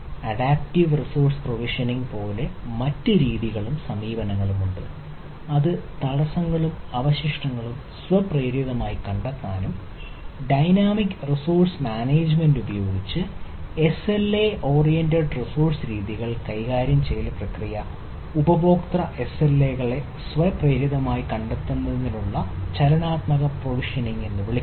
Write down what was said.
adaptive resource provisioning രീതികൾ കൈകാര്യം ചെയ്യൽ പ്രക്രിയ ഉപയോക്തൃ എസ്എൽഎകളെ സ്വപ്രേരിതമായി കണ്ടുമുട്ടുന്നതിനുള്ള ചലനാത്മക പ്രൊവിഷനിംഗ് എന്ന് വിളിക്കുന്നു